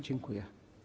Dziękuję.